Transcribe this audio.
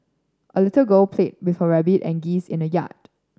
a little girl played with her rabbit and geese in the yard